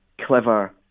clever